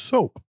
Soap